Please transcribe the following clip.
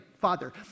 Father